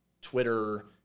Twitter